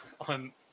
on